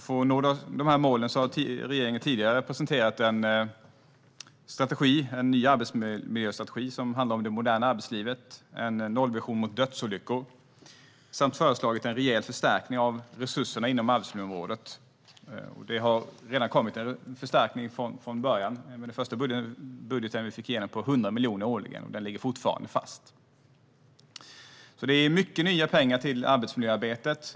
För att nå dessa mål har regeringen tidigare presenterat en ny arbetsmiljöstrategi som handlar om det moderna arbetslivet och en nollvision för dödsolyckor samt föreslagit en rejäl förstärkning av resurserna inom arbetsmiljöområdet. Det har redan kommit en förstärkning från början, i och med den första budgeten vi fick igenom, på 100 miljoner årligen. Den ligger fortfarande fast. Det är alltså mycket nya pengar till arbetsmiljöarbetet.